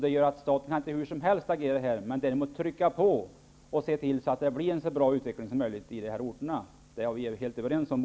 Det gör att staten inte hur som helst kan agera här. Däremot kan regeringen trycka på och se till att det blir en så bra utveckling som möjligt i de här orterna. Det är vi överens om,